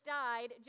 died